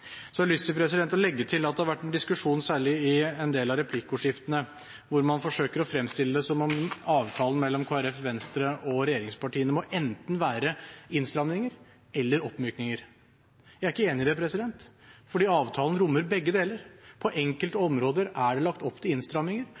Så har jeg lyst til å legge til at det har vært en diskusjon, særlig i en del av replikkordskiftene, hvor man forsøker å fremstille det som om avtalen mellom Kristelig Folkeparti, Venstre og regjeringspartiene enten må være innstramninger eller oppmykninger. Jeg er ikke enig i det, for avtalen rommer begge deler. På enkelte områder er det lagt opp til